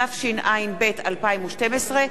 התשע"ב 2012,